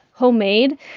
homemade